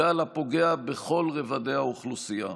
גל הפוגע בכל רובדי האוכלוסייה.